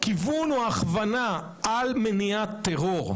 הכיוון או ההכוונה על מניעת טרור,